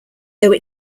though